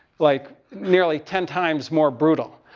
like nearly ten times more brutal.